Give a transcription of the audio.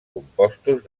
compostos